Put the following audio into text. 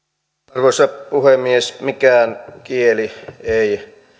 arvoisa puhemies mikään kieli ei